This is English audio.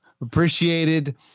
appreciated